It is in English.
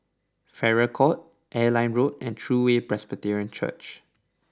Farrer Court Airline Road and True Way Presbyterian Church